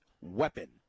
weapon